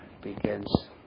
begins